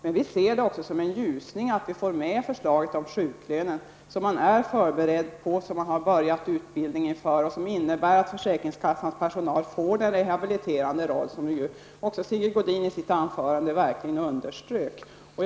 Men vi ser det också som en ljusning att vi får med förslaget om sjuklönen, något som man är förberedd på och startat utbildning om. Det innebär att försäkringskassans personal får en rehabiliterande roll, något som också Sigge Godin underströk i sitt anförande.